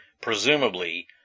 presumably